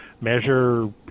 measure